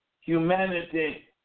humanity